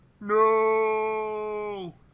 No